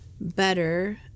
better